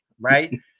right